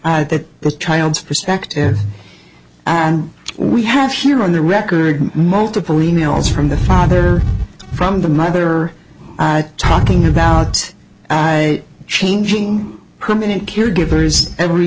g that the child's perspective and we have here on the record multiple e mails from the father from the mother talking about changing community caregivers every